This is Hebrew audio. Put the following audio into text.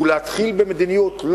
ולהתחיל במדיניות.